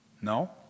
No